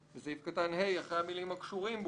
בסעיף קטן (ה), אחרי המילים "הקשורים בו"